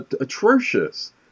atrocious